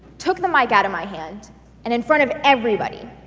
took the mic out of my hands and in front of everybody,